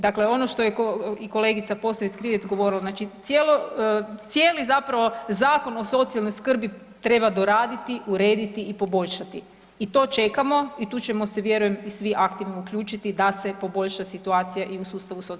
Dakle, ono što je i kolegica Posavec Krivec govorila, znači cijeli zapravo Zakon o socijalnoj skrbi treba doraditi, urediti i poboljšati i to čekamo i tu ćemo se vjerujem i svi aktivno uključiti da se poboljša situacija i u sustavu